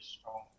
strong